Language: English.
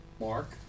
Mark